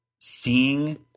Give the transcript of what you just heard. seeing